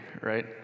right